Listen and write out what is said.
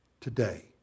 today